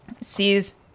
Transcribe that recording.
sees